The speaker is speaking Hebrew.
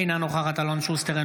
אינה נוכחת אלון שוסטר,